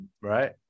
right